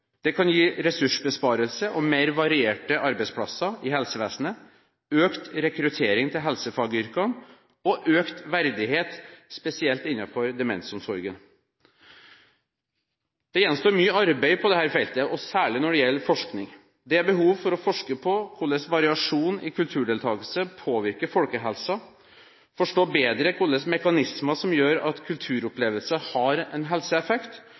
Det kan gi ressursbesparelse og mer varierte arbeidsplasser i helsevesenet, økt rekruttering til helsefagyrkene og økt verdighet, spesielt innenfor demensomsorgen. Det gjenstår mye arbeid på dette feltet, særlig når det gjelder forskning. Det er behov for å forske på hvordan variasjon i kulturdeltagelse påvirker folkehelsen, få bedre forståelse av hva slags mekanismer som gjør at kulturopplevelser har en helseeffekt